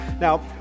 Now